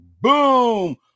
boom